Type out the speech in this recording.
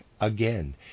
again